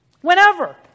Whenever